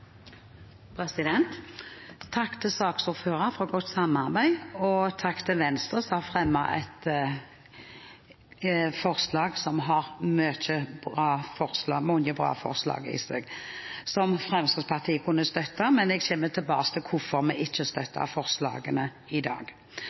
Takk til saksordføreren for godt samarbeid, og takk til Venstre, som har fremmet et forslag som har mange bra forslag i seg, og som Fremskrittspartiet kunne støttet. Jeg kommer tilbake til hvorfor vi ikke